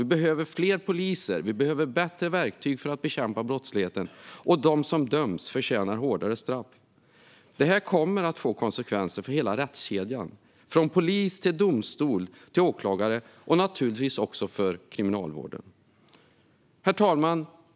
Vi behöver fler poliser och bättre verktyg för att bekämpa brottsligheten, och de som döms förtjänar hårdare straff. Detta kommer att få konsekvenser för hela rättskedjan, från polis, åklagare och domstol till kriminalvård. Herr talman!